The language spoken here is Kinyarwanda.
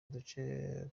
duce